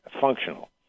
functional